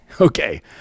Okay